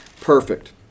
perfect